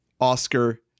Oscar